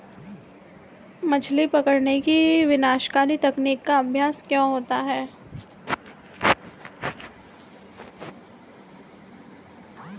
मछली पकड़ने की विनाशकारी तकनीक का अभ्यास क्यों होता है?